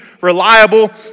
reliable